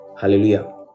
hallelujah